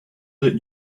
that